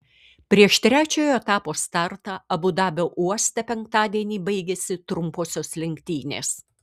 prieš trečiojo etapo startą abu dabio uoste penktadienį baigėsi trumposios lenktynės